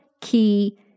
key